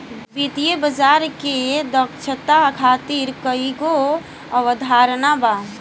वित्तीय बाजार के दक्षता खातिर कईगो अवधारणा बा